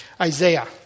Isaiah